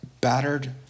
battered